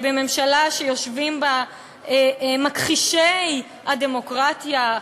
בממשלה שיושבים בה מכחישי הדמוקרטיה,